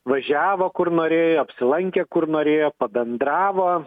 važiavo kur norėjo apsilankė kur norėjo pabendravo